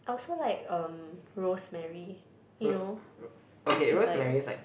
I also like um rosemary you know it's like